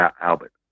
Albert